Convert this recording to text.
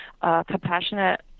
compassionate